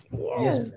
Yes